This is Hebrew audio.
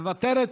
מוותרת.